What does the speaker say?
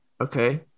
Okay